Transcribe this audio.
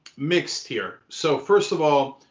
mixed here, so first of all,